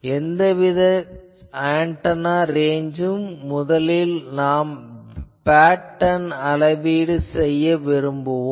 எந்தவித ஆன்டெனா ரேஞ்சுக்கும் முதலில் நாம் பேட்டர்ன் அளவீடு செய்ய விரும்புவோம்